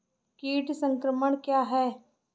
कीट संक्रमण क्या है?